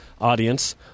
audience